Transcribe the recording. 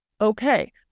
Okay